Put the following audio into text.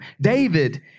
David